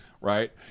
Right